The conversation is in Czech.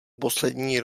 poslední